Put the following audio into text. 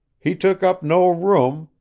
he took up no room,